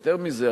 יותר מזה,